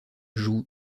jouent